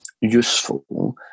useful